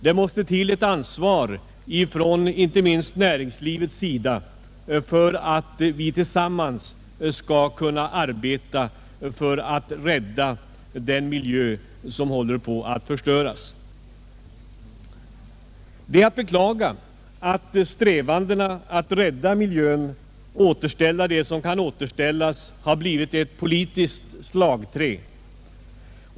Det måste till ett ansvar, inte minst från näringslivets sida, för att vi tillsammans skall kunna arbeta för att rädda den miljö som håller på att förstöras. Det är att beklaga att strävandena att rädda miljön och återställa det som kan återställas har blivit ett politiskt slagträ.